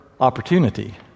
opportunity